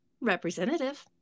representative